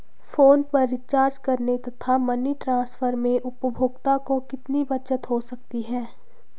Phone पर recharge करने तथा मनी ट्रांसफर में उपभोक्ता को कितनी बचत हो सकती है?